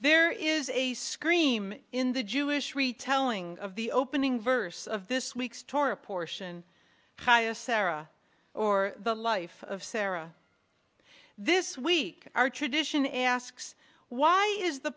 there is a scream in the jewish retelling of the opening verse of this week's torah portion highest sarah or the life of sarah this week our tradition asks why is the